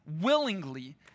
willingly